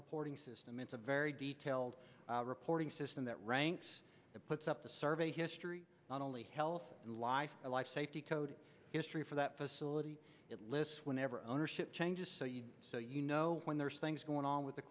reporting system it's a very detailed reporting system that ranks and puts up the survey history not only health and life and life safety code history for that facility it lists whenever ownership changes so you know when there's things going on with the